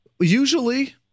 Usually